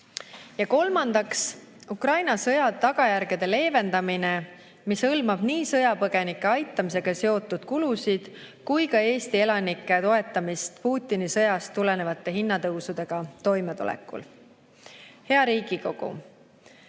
Ja kolmandaks, Ukraina sõja tagajärgede leevendamine, mis hõlmab nii sõjapõgenike aitamisega seotud kulusid kui ka Eesti elanike toetamist Putini sõjast tuleneva hinnatõusuga toimetulekul. Hea Riigikogu!